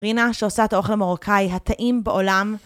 רינה, שעושה את האוכל המרוקאי הטעים בעולם.